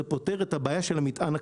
זה פותר את הבעיה של המטען הכללי.